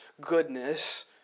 goodness